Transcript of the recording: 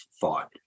thought